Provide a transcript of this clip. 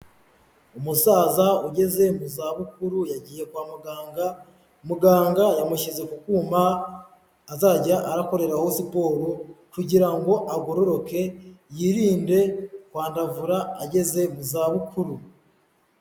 Umusaza ugeze mu zabukuru yagiye kwa muganga, muganga yamushyize ku kuma azajya arakoreraho siporo kugira ngo agororoke yirinde kwandavura ageze mu zabukuru.